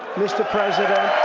mr. president,